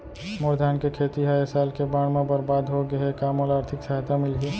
मोर धान के खेती ह ए साल के बाढ़ म बरबाद हो गे हे का मोला आर्थिक सहायता मिलही?